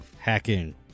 Hacking